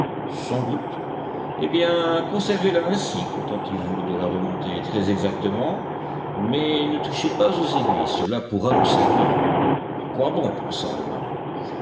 sans doute eh bien conservez la ainsi contentez-vous de la remonter très exactement mais ne touchez pas aux aiguilles cela pourra nous servir à quoi bon pensa le marin